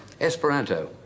Esperanto